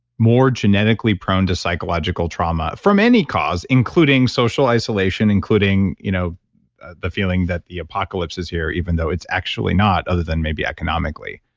more genetically prone to psychological trauma from any cause, including social isolation including you know ah the feeling that the apocalypse is here, even though it's actually not other than maybe economically